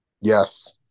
Yes